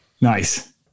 Nice